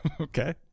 okay